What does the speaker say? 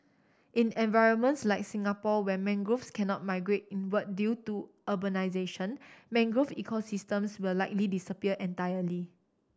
in environments like Singapore where mangroves cannot migrate inward due to urbanisation mangrove ecosystems will likely disappear entirely